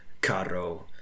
caro